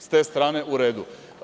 S te strane u redu.